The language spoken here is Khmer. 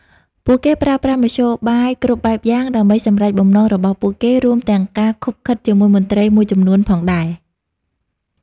ពួកគេប្រើប្រាស់មធ្យោបាយគ្រប់បែបយ៉ាងដើម្បីសម្រេចបំណងរបស់ពួកគេ រួមទាំងការឃុបឃិតជាមួយមន្ត្រីមួយចំនួនផងដែរ។